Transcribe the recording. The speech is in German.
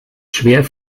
schwer